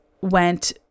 went